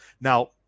Now